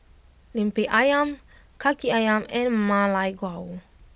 Lemper Ayam Kaki Ayam and Ma Lai Gao